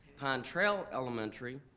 pine trail elementary,